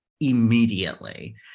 immediately